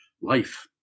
life